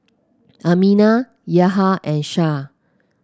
Aminah Yahya and Shah